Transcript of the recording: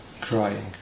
crying